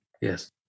Yes